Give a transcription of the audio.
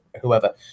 whoever